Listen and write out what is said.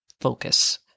focus